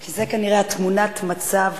כי זו כנראה תמונת המצב,